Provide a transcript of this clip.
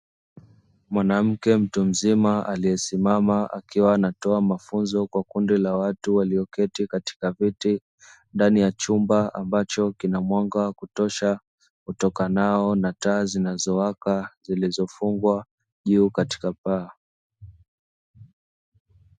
Mwanamke mtu mzima aliyesimama akiwa anatoa mafunzo kwa kundi la watu walioketi katika viti, ndani ya chumba ambacho kina mwanga wa kutosha utokanao na taa zinazowaka zilizofungwa juu katika paa.